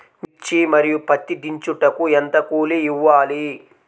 మిర్చి మరియు పత్తి దించుటకు ఎంత కూలి ఇవ్వాలి?